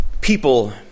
people